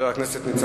אנחנו עוברים לנושא